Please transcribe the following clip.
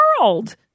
world